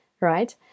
right